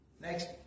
next